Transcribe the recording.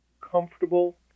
comfortable